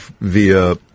via